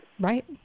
Right